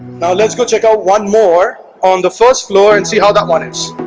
now let's go check out one more on the first floor and see how that one is